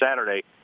Saturday